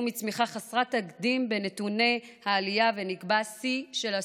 מצמיחה חסרת תקדים בנתוני העלייה ונקבע שיא של עשור,